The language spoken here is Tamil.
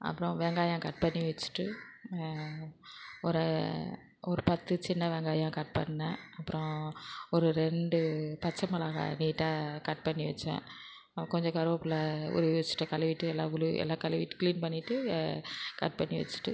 அப்புறம் வெங்காயம் கட் பண்ணி வச்சிட்டு ஒரு ஒரு பத்து சின்ன வெங்காயம் கட் பண்ணேன் அப்புறம் ஒரு ரெண்டு பச்சை மிளகா நீட்டாக கட் பண்ணி வச்சேன் கொஞ்ச கருவேப்பில உருவி வச்சிட்டு கழுவிட்டு எல்லாம் உலு எல்லாம் கழுவிட்டு க்ளீன் பண்ணிவிட்டு கட் பண்ணி வச்சிகிட்டு